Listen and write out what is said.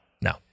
No